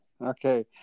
Okay